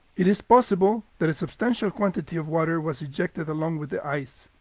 it is possible that a substantial quantity of water was ejected along with the ice.